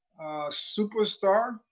superstar